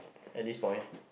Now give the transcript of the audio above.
end this point